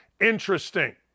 interesting